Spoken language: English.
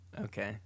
Okay